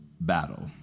battle